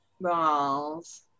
Balls